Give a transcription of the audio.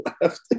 left